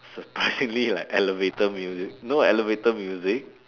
surprisingly like elevator music you know elevator music